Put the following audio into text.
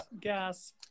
gas